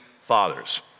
fathers